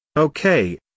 Okay